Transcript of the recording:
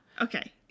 okay